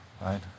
right